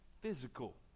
physical